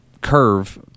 curve